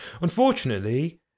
Unfortunately